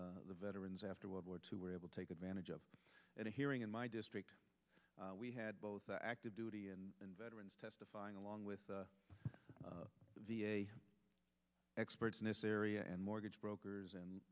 of the veterans after world war two were able to take advantage of at a hearing in my district we had both active duty and veterans testifying along with the v a experts in this area and mortgage brokers and